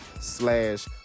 slash